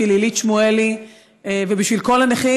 בשביל הילית שמואלי ובשביל כל הנכים,